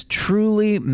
truly